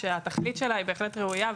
שהתכלית שלה היא בהחלט ראויה,